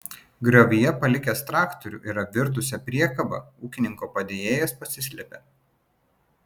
griovyje palikęs traktorių ir apvirtusią priekabą ūkininko padėjėjas pasislėpė